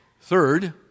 Third